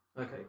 Okay